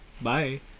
bye